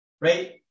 right